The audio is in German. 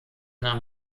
nahm